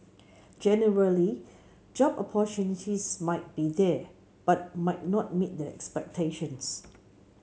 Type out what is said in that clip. generally job opportunities might be there but might not meet their expectations